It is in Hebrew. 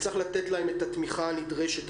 וצריך לתת להם את התמיכה הנדרשת.